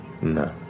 No